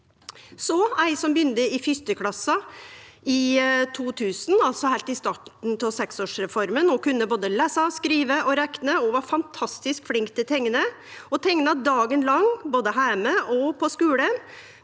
Ei som begynte i 1. klasse i 2000, altså heilt i starten av seksårsreforma, kunne både lese, skrive og rekne og var fantastisk flink til å teikne, og teikna dagen lang både heime og på skulen.